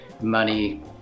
money